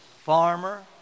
farmer